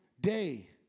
Day